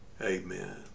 Amen